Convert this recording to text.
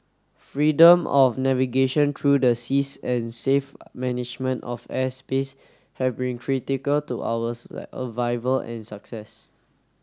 freedom of navigation through the seas and safe management of airspace have been critical to our survival and success